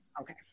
Okay